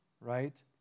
right